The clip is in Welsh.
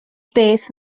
beth